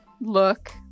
look